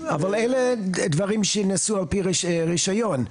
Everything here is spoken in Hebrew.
אלה דברים שנעשו על-פי רישיון.